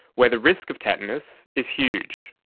where the risk of tetanus is huge.